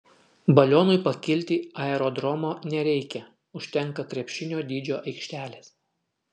balionui pakilti aerodromo nereikia užtenka krepšinio dydžio aikštelės